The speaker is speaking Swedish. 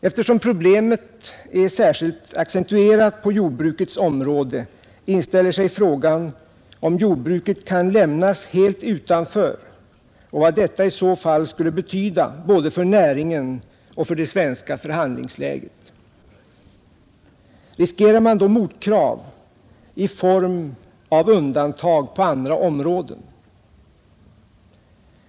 Eftersom problemet är särskilt accentuerat på jordbrukets område inställer sig frågan om jordbruket kan lämnas helt utanför och vad detta i så fall skulle betyda både för näringen och för det svenska förhandlingsläget. Riskerar man då motkrav i form av undantag på andra områden?